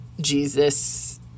jesus